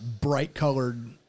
bright-colored